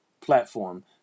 platform